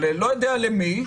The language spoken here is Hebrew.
או לא יודע למי,